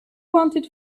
wanted